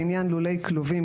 לעניין לולי כלובים,